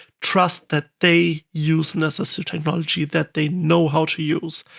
trust that they use necessary technology that they know how to use.